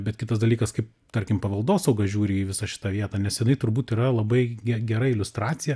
bet kitas dalykas kaip tarkim paveldosauga žiūri į visą šitą vietą nes jinai turbūt yra labai gera iliustracija